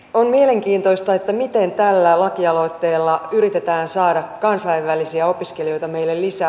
on mielenkiintoista miten tällä lakialoitteella yritetään saada kansainvälisiä opiskelijoita meille lisää